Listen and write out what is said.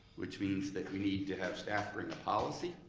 which means that we need to have staff bring a policy,